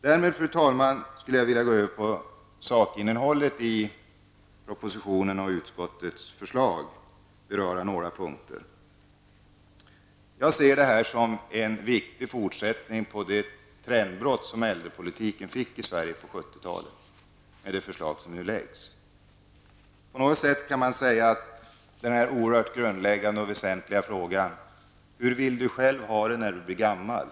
Med detta, fru talman, vill jag gå över till att på några punkter beröra sakinnehållet i propositionen och i utskottets förslag. Jag ser det nu framlagda förslaget som en viktig fortsättning på det trendbrott som skedde i äldrepolitiken i Sverige på 1970-talet. Jag hoppas att frågetecknet efter den grundläggande och väsentliga frågan ''Hur vill du själv ha det när du blir gammal?''